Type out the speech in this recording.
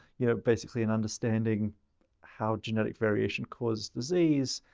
you know, basically and understanding how genetic variation causes disease.